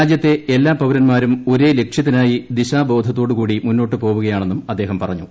രാജൃത്തെ എല്ലാ പൌരന്മാരും ഒരേ ലക്ഷ്യത്തിനായി ദിശാ ബോധത്തോടുകൂടി മുന്നോട്ടു പോവുകയാ ണെന്നും അദ്ദേഹം പറഞ്ഞു